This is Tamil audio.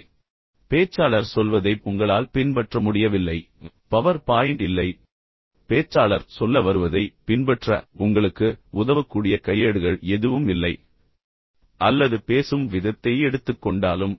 எனவே பேச்சாளர் உங்களுக்குச் சொல்வதைப் உங்களால் பின்பற்ற முடியவில்லை பவர் பாயிண்ட் இல்லை அல்லது பேச்சாளர் உங்களிடம் என்ன சொல்கிறார் என்பதைப் பின்பற்ற உங்களுக்கு உதவக்கூடிய கையேடுகள் எதுவும் இல்லை அல்லது பேசும் விதத்தை எடுத்துக் கொண்டாலும்